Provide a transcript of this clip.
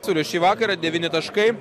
turiu šį vakarą devyni taškai